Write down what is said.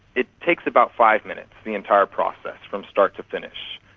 it takes about five minutes, the entire process, from start to finish.